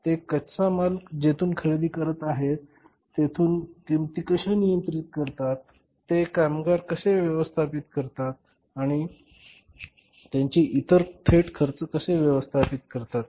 ते कच्चा माल जेथून खरेदी करीत आहेत तेथून किंमती कशा नियंत्रित करतात ते कामगार कसे व्यवस्थापित करतात आणि त्यांचे इतर थेट खर्च कसे व्यवस्थापित करतात